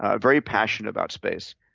ah very passionate about space.